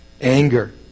Anger